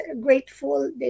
grateful